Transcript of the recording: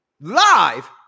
live